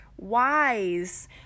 wise